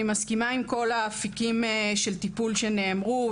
אני מסכימה עם כל האפיקים של טיפול שנאמרו.